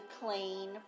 clean